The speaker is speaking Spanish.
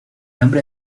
nombre